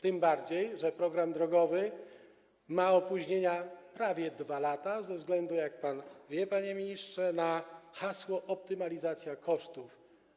Tym bardziej że program drogowy ma opóźnienia prawie 2-letnie ze względu, jak pan wie, panie ministrze, na hasło: optymalizacja kosztów.